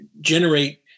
generate